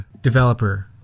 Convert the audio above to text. developer